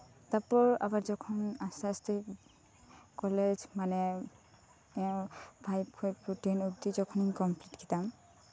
ᱛᱟᱨᱯᱚᱨ ᱟᱵᱟᱨ ᱡᱚᱠᱷᱚᱱ ᱟᱥᱛᱮ ᱟᱥᱛᱮ ᱠᱚᱞᱮᱡᱽ ᱢᱟᱱᱮ ᱯᱷᱟᱭᱤᱵᱷ ᱠᱷᱚᱱ ᱴᱮᱱ ᱚᱵᱫᱤ ᱡᱚᱠᱷᱚᱱ ᱤᱧ ᱠᱚᱢᱯᱤᱞᱤᱴ ᱠᱮᱫᱟ